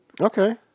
Okay